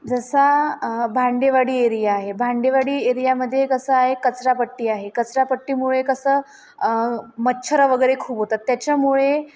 जसा भांडेवाडी एरिया आहे भांडेवाडी एरियामध्ये कसं आहे कचरापट्टी आहे कचरापट्टीमुळे कसं मच्छर वगैरे खूप होतात त्याच्यामुळे